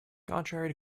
contrary